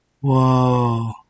Whoa